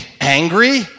angry